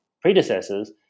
predecessors